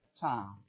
time